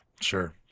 Sure